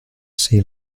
sea